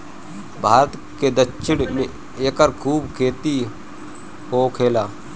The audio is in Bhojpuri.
भारत के दक्षिण में एकर खूब खेती होखेला